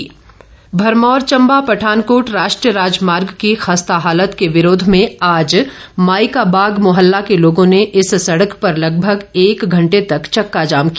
सड़क भरमौर चम्बा पठानकोट राष्ट्रीय राजमार्ग की खस्ता हालत के विरोध में आज माई का बाग मोहल्ला के लोगों ने इस सड़क पर लगभग एक घंटे तक चक्का जाम किया